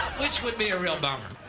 which would be a real bummer.